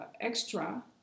extra